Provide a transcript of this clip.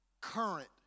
current